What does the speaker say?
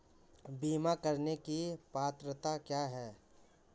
बीमा करने की पात्रता क्या है?